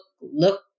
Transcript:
look